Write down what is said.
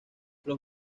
los